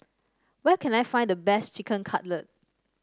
where can I find the best Chicken Cutlet